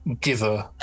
giver